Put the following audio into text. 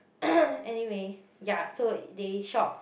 anyway ya so they shop